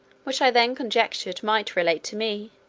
which i then conjectured might relate to me,